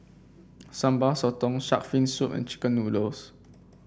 Sambal Sotong shark's fin soup and chicken noodles